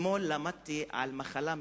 אתמול למדתי על מחלה מסוימת,